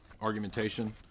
argumentation